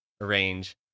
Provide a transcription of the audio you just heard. arrange